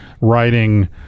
writing